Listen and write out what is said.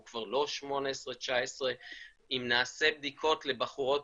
הוא כבר לא 19-18. אם נעשה בדיקות לבחורות